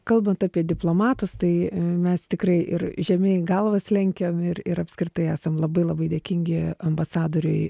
kalbant apie diplomatus tai mes tikrai ir žemai galvas lenkiam ir ir apskritai esam labai labai dėkingi ambasadoriui